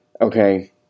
Okay